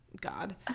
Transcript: God